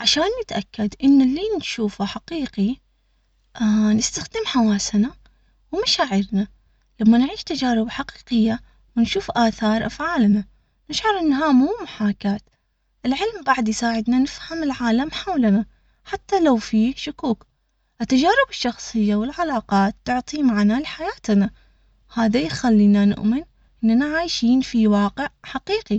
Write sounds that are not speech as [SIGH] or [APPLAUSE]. عشان نتأكد إن اللي نشوفه حقيقي، [HESITATION] نستخدم حواسنا ومشاعرنا لما نعيش تجارب حقيقية ونشوف آثار أفعالنا، نشعر إنها مو محاكاة العلم، بعد يساعدنا نفهم العالم حولنا حتى لو فيه شكوك التجارب الشخصية والعلاقات، تعطي معنى لحياتنا.